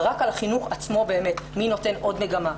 רק על החינוך עצמו באמת מי נותן עוד מגמה,